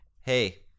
hey